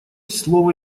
слово